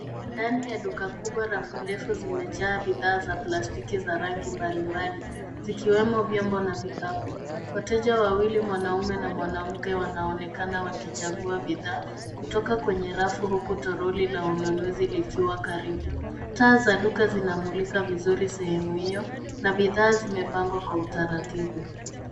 Ndani ya duka kubwa rafu ndefu zimejaa bidhaa za plastiki za rangi mbali mbali. Zikiwemo vyombo na vikapu. Wateja wawili mwanaume na mwanamke wanaonekana wakichagua bidhaa, kutoka kwenye rafu huku tolori la ununuzi likiwa karibu. Taa za duka zinamulika vizuri sehemu hiyo na bidhaa zimepangwa kwa utaratibu.